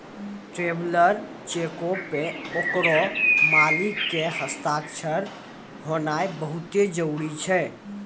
traveller चेको पे ओकरो मालिक के हस्ताक्षर होनाय बहुते जरुरी छै